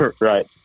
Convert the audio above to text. Right